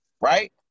right